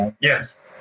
Yes